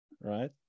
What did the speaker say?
right